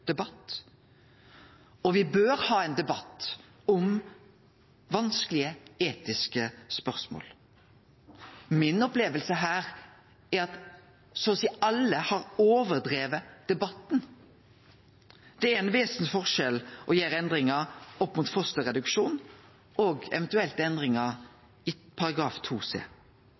debatt. Og me bør ha ein debatt om vanskelege etiske spørsmål. Mi oppleving her er at så å seie alle har overdrive debatten. Det er ein vesensforskjell mellom å gjere endringar når det gjeld fosterreduksjon, og eventuelle endringar i